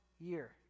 year